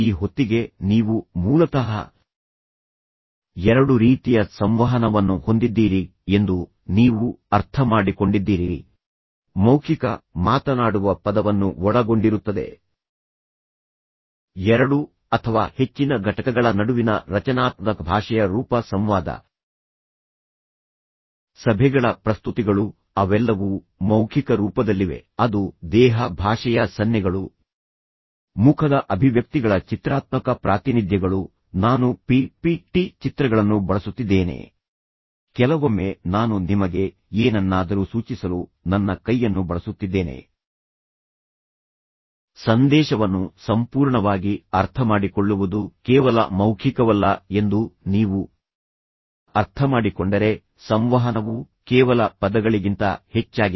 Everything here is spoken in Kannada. ಈ ಹೊತ್ತಿಗೆ ನೀವು ಮೂಲತಃ ಎರಡು ರೀತಿಯ ಸಂವಹನವನ್ನು ಹೊಂದಿದ್ದೀರಿ ಎಂದು ನೀವು ಅರ್ಥಮಾಡಿಕೊಂಡಿದ್ದೀರಿ ಮೌಖಿಕ ಮಾತನಾಡುವ ಪದವನ್ನು ಒಳಗೊಂಡಿರುತ್ತದೆ ಎರಡು ಅಥವಾ ಹೆಚ್ಚಿನ ಘಟಕಗಳ ನಡುವಿನ ರಚನಾತ್ಮಕ ಭಾಷೆಯ ರೂಪ ಸಂವಾದ ಸಭೆಗಳ ಪ್ರಸ್ತುತಿಗಳು ಅವೆಲ್ಲವೂ ಮೌಖಿಕ ರೂಪದಲ್ಲಿವೆ ಅದು ದೇಹ ಭಾಷೆಯ ಸನ್ನೆಗಳು ಮುಖದ ಅಭಿವ್ಯಕ್ತಿಗಳ ಚಿತ್ರಾತ್ಮಕ ಪ್ರಾತಿನಿಧ್ಯಗಳು ನಾನು ಪಿ ಪಿ ಟಿ ಚಿತ್ರಗಳನ್ನು ಬಳಸುತ್ತಿದ್ದೇನೆ ಕೆಲವೊಮ್ಮೆ ನಾನು ನಿಮಗೆ ಏನನ್ನಾದರೂ ಸೂಚಿಸಲು ನನ್ನ ಕೈಯನ್ನು ಬಳಸುತ್ತಿದ್ದೇನೆ ಸಂದೇಶವನ್ನು ಸಂಪೂರ್ಣವಾಗಿ ಅರ್ಥಮಾಡಿಕೊಳ್ಳುವುದು ಕೇವಲ ಮೌಖಿಕವಲ್ಲ ಎಂದು ನೀವು ಅರ್ಥಮಾಡಿಕೊಂಡರೆ ಸಂವಹನವು ಕೇವಲ ಪದಗಳಿಗಿಂತ ಹೆಚ್ಚಾಗಿದೆ